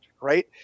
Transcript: right